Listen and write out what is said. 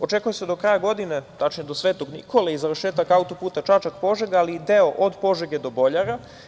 Očekuje se do kraja godine, tačnije do sv. Nikole i završetak autoputa Čačak – Požega, ali i deo od Požege do Boljara.